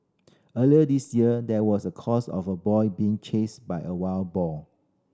earlier this year there was a case of a boy being chased by a wild boar